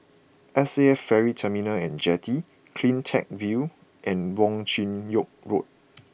S A F Ferry Terminal and Jetty Cleantech View and Wong Chin Yoke Road